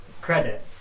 credit